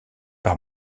par